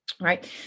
Right